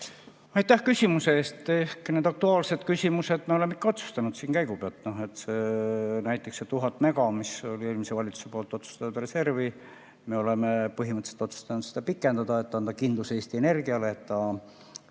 Aitäh küsimuse eest! Need aktuaalsed küsimused me oleme ikka otsustanud siin käigu pealt. Näiteks see 1000 mega, mis eelmine valitsus otsustas panna reservi, me oleme põhimõtteliselt otsustanud seda pikendada, et anda kindlus Eesti Energiale, et ta